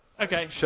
Okay